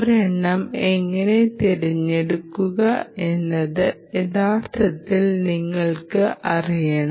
ഒരെണ്ണം എങ്ങനെ തിരഞ്ഞെടുക്കണമെന്ന് യഥാർത്ഥത്തിൽ നിങ്ങൾക്ക് അറിയാം